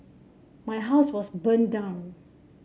my house was burned down